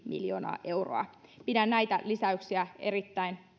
miljoonaa euroa pidän näitä lisäyksiä erittäin